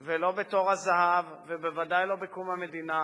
ולא בתור הזהב, ובוודאי לא בקום המדינה.